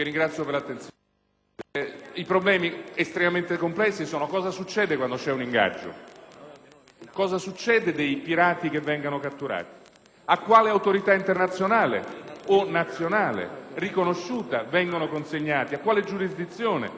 I problemi, estremamente complessi, sono i seguenti. Cosa succede quando c'è un ingaggio? Cosa ne è dei pirati che vengono catturati? A quale autorità internazionale o nazionale riconosciuta vengono consegnati? A quale giurisdizione vengono affidati?